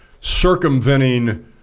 circumventing